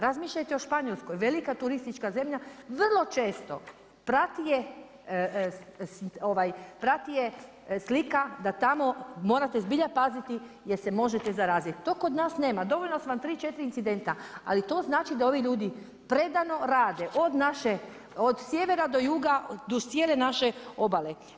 Razmišljajte o Španjolskoj, velika turistička zemlja, vrlo često prati je slika da tamo morate zbilja paziti jer se možete zaraziti, to kod nas nema, dovoljno su vam tri, četiri incidenta, ali to znači da ovi ljudi predano rade, od sjevera do juga, duž cijele naše obale.